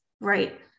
right